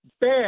bad